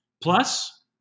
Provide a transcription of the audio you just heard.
Plus